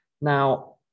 Now